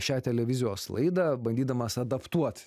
šią televizijos laidą bandydamas adaptuot